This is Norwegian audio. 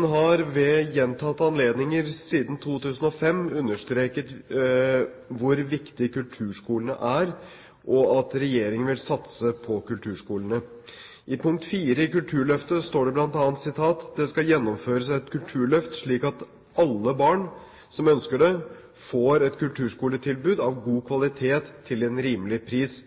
har ved gjentatte anledninger siden 2005 understreket hvor viktig kulturskolene er, og at regjeringen vil satse på kulturskolene. I punkt 4 i Kulturløftet står bl.a.: «Det skal gjennomføres et kulturskoleløft slik at alle barn som ønsker det, får et kulturskoletilbud av god kvalitet til en rimelig pris.»